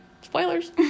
Spoilers